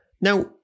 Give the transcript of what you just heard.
Now